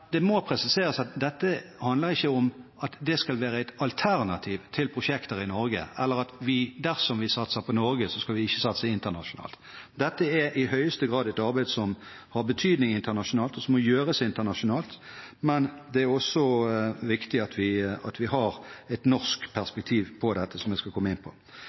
det må presiseres at dette handler ikke om at det skal være et alternativ til prosjekter i Norge, eller at vi, dersom vi satser på Norge, ikke skal satse internasjonalt. Dette er i høyeste grad et arbeid som har betydning internasjonalt, og som må gjøres internasjonalt, men det er også viktig at vi har et norsk perspektiv på dette, som jeg skal komme inn på.